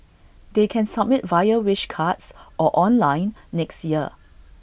they can submit via wish cards or online next year